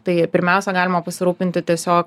tai pirmiausia galima pasirūpinti tiesiog